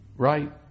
Right